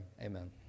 Amen